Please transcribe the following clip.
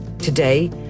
Today